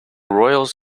royals